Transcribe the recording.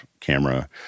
camera